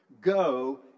go